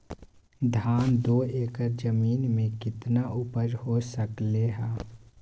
धान दो एकर जमीन में कितना उपज हो सकलेय ह?